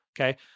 Okay